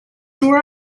where